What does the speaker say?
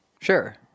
Sure